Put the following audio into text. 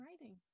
writing